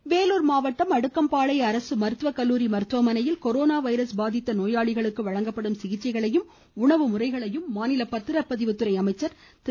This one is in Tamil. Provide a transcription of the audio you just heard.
வீரமணி வேலூர் மாவட்டம் அடுக்கம்பாளை அரசு மருத்துவ கல்லூரி மருத்துவமனையில் கொரோனா வைரஸ் பாதித்த நோயாளிகளுக்கு வழங்கப்படும் சிகிச்சைகளையும் மாநில பத்திரபதிவுத்துறை அமைச்சர் திரு